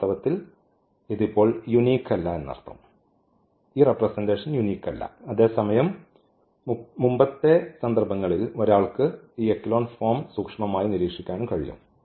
വാസ്തവത്തിൽ ഇത് ഇപ്പോൾ യൂനിക് അല്ല ഈ റെപ്രെസെന്റഷൻ യൂനിക് അല്ല അതേസമയം മുമ്പത്തെ സന്ദർഭങ്ങളിൽ ഒരാൾക്ക് ഈ എക്കലോൺ ഫോം സൂക്ഷ്മമായി നിരീക്ഷിക്കാനും കഴിയും